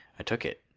i took it.